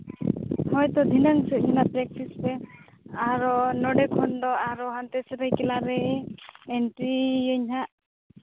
ᱦᱳᱭ ᱛᱚ ᱫᱷᱤᱱᱟᱹᱝ ᱥᱮᱜ ᱦᱟᱸᱜ ᱯᱮᱠᱴᱤᱥ ᱯᱮ ᱟᱨᱚ ᱱᱚᱰᱮ ᱠᱷᱚᱱ ᱫᱚ ᱟᱨᱚ ᱦᱟᱱᱛᱮ ᱥᱟᱹᱨᱟᱹᱭᱠᱮᱞᱟ ᱨᱮ ᱮᱱᱴᱨᱤᱭᱟᱹᱧ ᱦᱟᱸᱜ